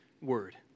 word